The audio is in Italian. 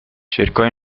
cercò